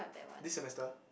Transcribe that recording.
this semester